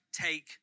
take